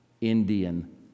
Indian